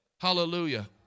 hallelujah